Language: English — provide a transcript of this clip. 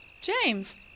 James